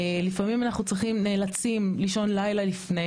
לפעמים אנחנו נאלצים לישון לילה לפני